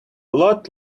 lot